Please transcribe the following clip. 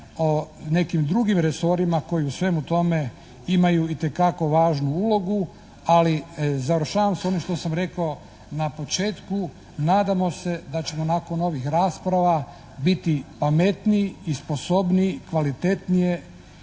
o nekim drugim resorima koji u svemu tome imaju itekako važnu ulogu, ali završavam s onim što sam rekao na početku. Nadamo se da ćemo nakon ovih rasprava biti pametniji i sposobniji kvalitetnije